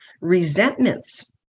resentments